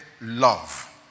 love